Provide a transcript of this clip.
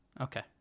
Okay